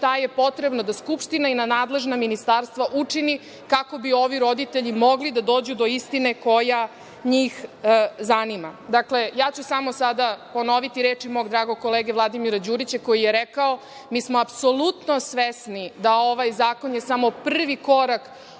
šta je potrebno da Skupština i nadležna ministarstva učine kako bi ovi roditelji mogli da dođu do istine koja njih zanima. Dakle, samo ću sada ponoviti reči mog dragog kolege Vladimira Đurića, koji je rekao – mi smo apsolutno svesni da ovaj zakon je samo prvi korak